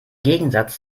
gegensatz